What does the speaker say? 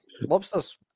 Lobsters